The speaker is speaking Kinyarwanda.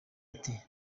ati